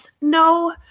No